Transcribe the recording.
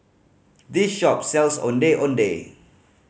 this shop sells Ondeh Ondeh